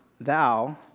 thou